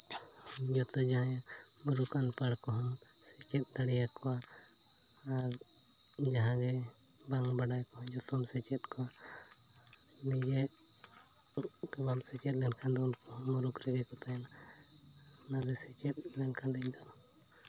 ᱡᱚᱛᱚ ᱡᱟᱦᱟᱸᱭ ᱢᱩᱨᱩᱠᱷ ᱟᱱ ᱦᱚᱲ ᱠᱚᱦᱚᱸ ᱥᱮᱪᱮᱫ ᱫᱟᱲᱮᱭᱟᱠᱚᱣᱟ ᱟᱨ ᱡᱟᱦᱟᱸ ᱜᱮ ᱵᱟᱝ ᱵᱟᱰᱟᱭ ᱠᱚᱦᱚᱸ ᱡᱚᱛᱚ ᱜᱮ ᱥᱮᱪᱮᱫ ᱠᱚᱣᱟ ᱱᱤᱡᱮ ᱵᱟᱢ ᱥᱮᱪᱮᱫ ᱞᱮᱱᱠᱷᱟᱱ ᱫᱚ ᱩᱱᱠᱩ ᱦᱚᱸ ᱢᱩᱨᱩᱠᱷ ᱨᱮᱜᱮ ᱠᱚ ᱛᱟᱦᱮᱱᱟ ᱚᱱᱟᱛᱮ ᱥᱮᱪᱮᱫ ᱞᱮᱱᱠᱷᱟᱱ ᱤᱧᱫᱚ